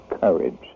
courage